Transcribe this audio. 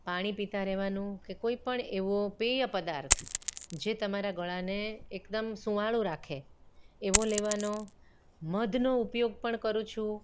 પાણી પીતા રહેવાનું કે કોઈપણ એવો પૈય પદાર્થ જે તમારા ગળાને એકદમ સુંવાળું રાખે એવો લેવાનો મધનો ઉપયોગ પણ કરું છું